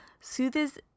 soothes